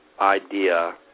idea